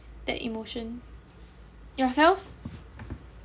that emotion yourself